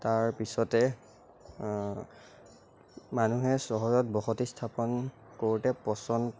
তাৰ পিছতে মানুহে চহৰত বসতি স্থাপন কৰোঁতে পচন্দ